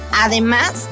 Además